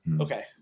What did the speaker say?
okay